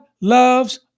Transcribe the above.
loves